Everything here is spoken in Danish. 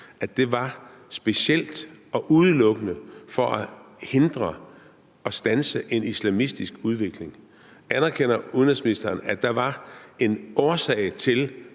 1980, var specielt og udelukkende for at hindre og standse en islamistisk udvikling? Anerkender udenrigsministeren, at der var en årsag til,